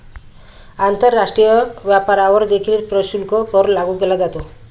आंतरराष्ट्रीय व्यापारावर देखील प्रशुल्क कर लागू केला जातो